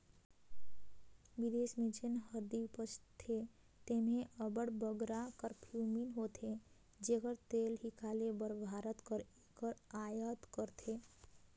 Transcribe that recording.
बिदेस में जेन हरदी उपजथे तेम्हें अब्बड़ बगरा करक्यूमिन होथे जेकर तेल हिंकाले बर भारत हर एकर अयात करथे